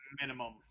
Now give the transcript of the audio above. minimum